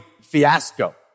fiasco